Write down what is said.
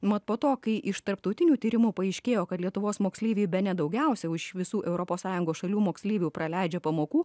mat po to kai iš tarptautinių tyrimų paaiškėjo kad lietuvos moksleiviai bene daugiausiai iš visų europos sąjungos šalių moksleivių praleidžia pamokų